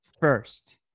first